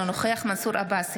אינו נוכח מנסור עבאס,